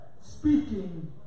speaking